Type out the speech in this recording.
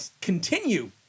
continue